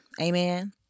Amen